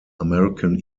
american